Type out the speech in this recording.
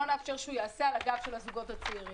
נאפשר שייעשה על הגב של הזוגות הצעירים.